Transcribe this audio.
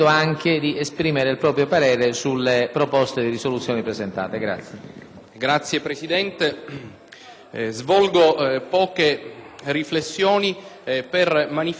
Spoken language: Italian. senatori, svolgo poche riflessioni per manifestare la mia soddisfazione per lo svolgimento di questo dibattito,